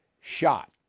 shot